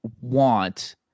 want